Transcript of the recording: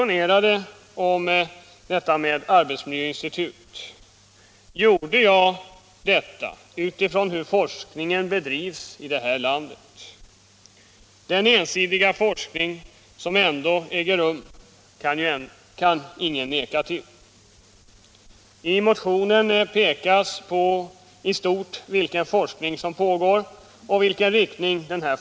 Anledningen till att jag motionerade om ett arbetsmiljöinstitut var den ensidiga forskning som ingen kan förneka bedrivs i det här landet. I motionen redogör jag i stort för vilken forskning som pågår och vilken inriktning den har.